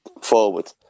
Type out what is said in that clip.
forward